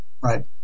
right